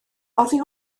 oddi